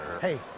Hey